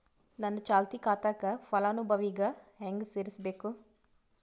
ನನ್ನ ಚಾಲತಿ ಖಾತಾಕ ಫಲಾನುಭವಿಗ ಹೆಂಗ್ ಸೇರಸಬೇಕು?